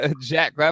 Jack